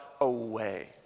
away